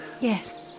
Yes